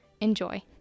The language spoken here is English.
Enjoy